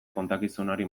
kontakizunari